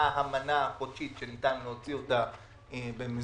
מה המנה החודשית שניתן להוציא במזומן,